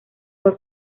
fue